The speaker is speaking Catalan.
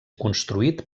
construït